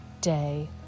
day